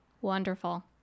Wonderful